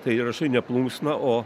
tai rašai ne plunksna o